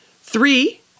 three